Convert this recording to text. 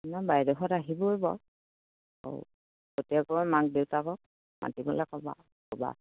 আমাৰ বাইদেউহঁত আহিবই বাৰু প্ৰতেকৰে মাক দেউতাবক মাতিবলে ক'বা ক'বা